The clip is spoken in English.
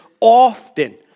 often